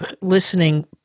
listening